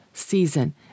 season